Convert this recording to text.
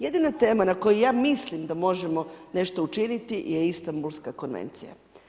Jedina tema na koju ja mislim da možemo nešto učiniti je Istambulska konvencija.